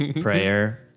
prayer